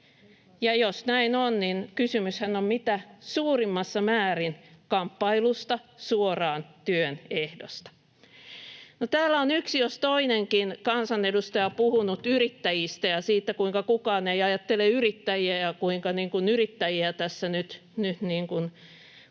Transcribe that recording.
jos näin on, niin kysymyshän on mitä suurimmassa määrin kamppailusta suoraan työn ehdosta. Täällä on yksi jos toinenkin kansanedustaja puhunut yrittäjistä ja siitä, kuinka kukaan ei ajattele yrittäjiä ja kuinka yrittäjiä tässä nyt niin